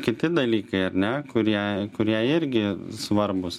kiti dalykai ar ne kurie kurie irgi svarbūs